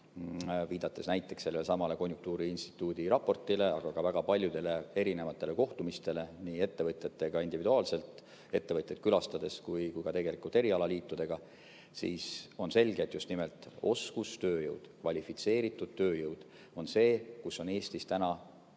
viidates näites sellelesamale konjunktuuriinstituudi raportile, aga ka väga paljudele erinevatele kohtumistele nii ettevõtjatega individuaalselt, ettevõtteid külastades kui ka tegelikult erialaliitudega kohtudes, on selge, et just nimelt oskustööjõud, kvalifitseeritud tööjõud on see, kus on Eestis täna mõningaid